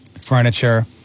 furniture